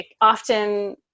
often